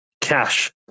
cash